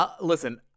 listen